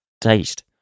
taste